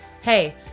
Hey